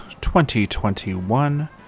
2021